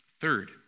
Third